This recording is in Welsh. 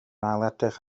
ailedrych